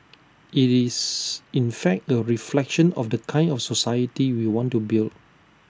IT is in fact A reflection of the kind of society we want to build